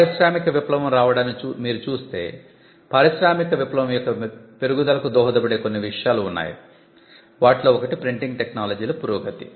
పారిశ్రామిక విప్లవం రావడాన్ని మీరు చూస్తే పారిశ్రామిక విప్లవం యొక్క పెరుగుదలకు దోహదపడే కొన్ని విషయాలు ఉన్నాయి వాటిలో ఒకటి ప్రింటింగ్ టెక్నాలజీలో పురోగతి